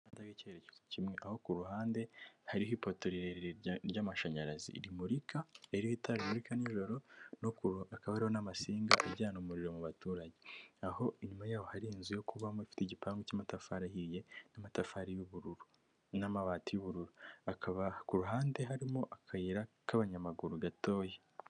Umuhanda wicyerekezo kimwe. Aho ku ruhande hariho ipoto rirerire ry'amashanyarazi. Ririho itara rimurika nijoro akaba hariho n'amasinga ijyana umuriro mu baturanyi. Aho inyuma yaho hari inzu yo kubamo ifite igipangu cy'amatafari ahiye n'amatafari y'ubururu, n'amabati y'ubururu. Hakaba kuruhande harimo akayira k'abanyamaguru gatoya.